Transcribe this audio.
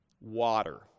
water